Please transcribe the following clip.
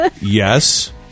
Yes